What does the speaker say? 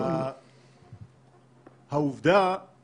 הרבה יותר